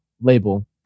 label